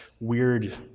weird